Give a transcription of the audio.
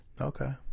Okay